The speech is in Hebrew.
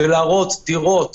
אנחנו יכולים להראות דירות